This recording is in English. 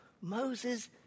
Moses